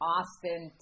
Austin